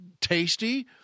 tasty